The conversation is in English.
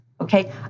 okay